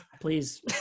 Please